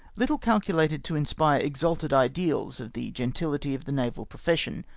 little calculated to inspire exalted ideas of the gentihty of the naval profession,